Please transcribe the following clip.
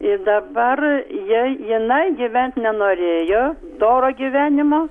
ir dabar jei jinai gyvent nenorėjo doro gyvenimo